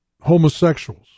Homosexuals